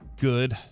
good